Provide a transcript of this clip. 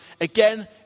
Again